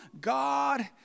God